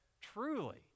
truly